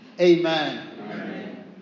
Amen